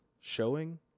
showing